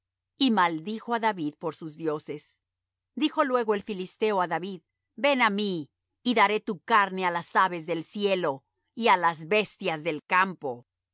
y maldijo á david por sus dioses dijo luego el filisteo á david ven á mí y daré tu carne á las aves del cielo y á las bestias del campo